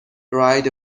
ride